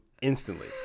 instantly